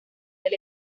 del